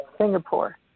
Singapore